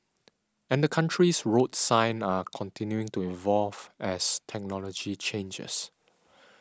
and the country's road signs are continuing to evolve as technology changes